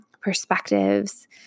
perspectives